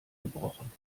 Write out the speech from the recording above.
gebrochen